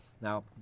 Now